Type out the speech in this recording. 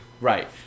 Right